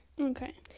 Okay